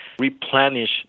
replenish